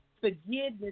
Forgiveness